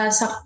sa